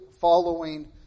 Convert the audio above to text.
following